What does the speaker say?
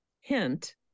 hint